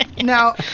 Now